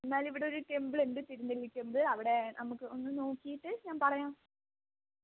എന്നാല് ഇവിടെയൊരു ടെമ്പിളുണ്ട് തിരുനെല്ലി ടെമ്പിൾ അവിടെ നമുക്കൊന്ന് നോക്കിയിട്ട് ഞാൻ പറയാം